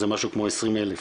זה משהו כמו 20 אלף